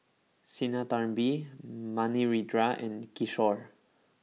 Sinnathamby Manindra and Kishore